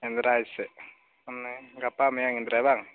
ᱮᱱᱫᱨᱟᱭ ᱥᱮᱫ ᱢᱟᱱᱮ ᱜᱟᱯᱟ ᱢᱮᱭᱟᱝ ᱮᱱᱫᱨᱟᱭ